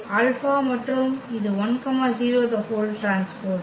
இது ∝ மற்றும் இது 1 0T